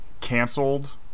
canceled